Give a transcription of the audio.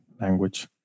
language